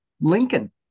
Lincoln